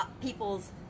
people's